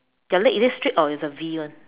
their leg is it straight or it's a V one